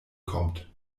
kommt